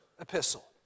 epistle